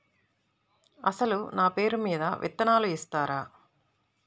అసలు నా పేరు మీద విత్తనాలు ఇస్తారా?